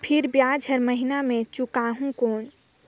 फिर ब्याज हर महीना मे चुकाहू कौन?